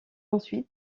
ensuite